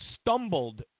stumbled